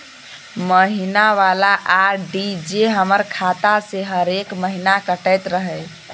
महीना वाला आर.डी जे हमर खाता से हरेक महीना कटैत रहे?